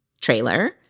trailer